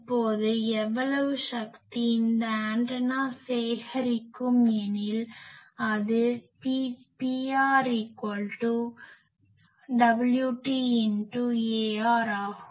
இப்போது எவ்வளவு சக்தி இந்த ஆண்டனா சேகரிக்கும் எனில் அது PrWt×Ar ஆகும்